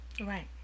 Right